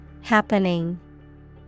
Happening